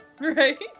Right